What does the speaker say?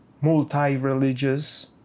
multi-religious